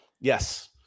yes